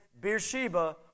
Beersheba